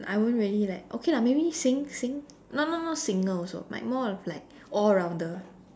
I won't really like okay lah maybe sing sing not not not singer also like more of like all rounder